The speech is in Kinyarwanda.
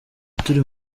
turi